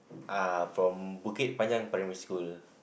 uh from Bukit-Panjang primary school